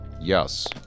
Yes